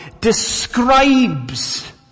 describes